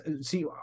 see